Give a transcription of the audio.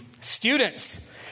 Students